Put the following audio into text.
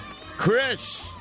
Chris